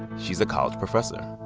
she's a college professor